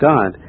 God